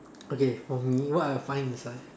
okay for me what I find inside